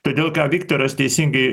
todėl ką viktoras teisingai